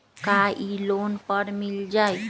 का इ लोन पर मिल जाइ?